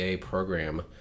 program